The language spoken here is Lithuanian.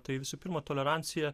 tai visų pirma tolerancija